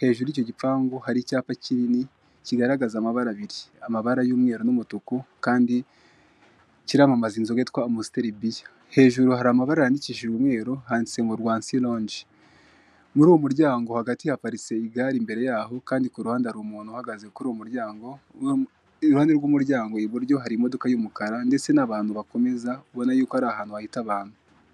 hejuru y'icyo gipangu hari icyapa kinini kigaragaza amabara abiri, amabara y'umweru n'umutuku, kandi kiramamaza inzoga yitwa amusiteri biya, hejuru hari amabara yandikishije umweru handitse ngo rwansiroje, muri uwo muryango hagati haparitse igare imbere yaho, kandi ku ruhande hari umuntu uhagaze kuri uwo muryango, iruhande rw'umuryango iburyo hari imodoka y'umukara ndetse n'abantu bakomeza, ubona yuko ari ahantu hahita abantu.